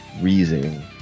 reasoning